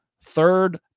third